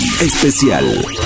Especial